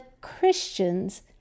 Christian's